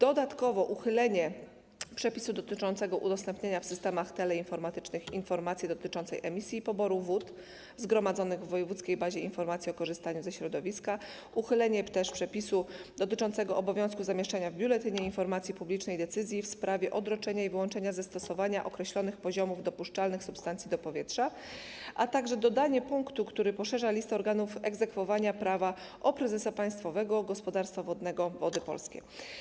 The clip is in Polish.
Dodatkowo: uchylenie przepisu dotyczącego udostępniania w systemach teleinformatycznych informacji dotyczących emisji i poboru wód, zgromadzonych w wojewódzkiej bazie informacji o korzystaniu ze środowiska, uchylenie przepisu dotyczącego obowiązku zamieszczania w Biuletynie Informacji Publicznej decyzji w sprawie odroczenia i wyłączenia ze stosowania określonych poziomów dopuszczalnych substancji do powietrza, a także dodanie punktu, który poszerza listę organów egzekwowania prawa, o prezesa Państwowego Gospodarstwa Wodnego Wody Polskie.